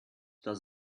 does